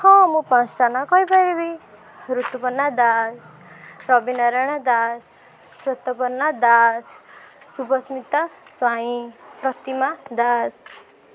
ହଁ ପାଞ୍ଚଟା ନାଁ କହିପାରିବି ଋତୁପର୍ଣ୍ଣା ଦାସ ରବି ନାରାୟଣ ଦାସ ଶ୍ୱେତପର୍ଣ୍ଣା ଦାସ ଶୁଭସ୍ମିତା ସ୍ୱାଇଁ ପ୍ରତିମା ଦାସ